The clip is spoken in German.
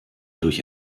durch